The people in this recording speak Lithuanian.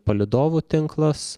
palydovų tinklas